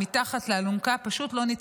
שאם לא נהיה כולנו ביחד מתחת לאלונקה,